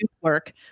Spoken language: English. work